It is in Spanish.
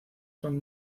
son